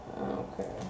Okay